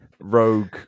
Rogue